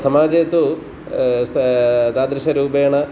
समाजे तु तादृशरूपेण